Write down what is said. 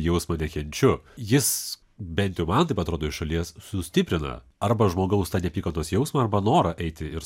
jausmą nekenčiu jis bent jau man taip atrodo iš šalies sustiprina arba žmogaus tą neapykantos jausmą arba norą eiti ir